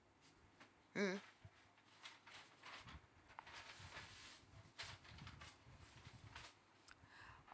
mm